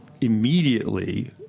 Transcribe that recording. immediately